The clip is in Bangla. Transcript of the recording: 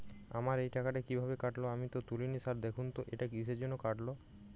আমার এই টাকাটা কীভাবে কাটল আমি তো তুলিনি স্যার দেখুন তো এটা কিসের জন্য কাটল?